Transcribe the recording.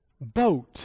boat